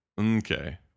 Okay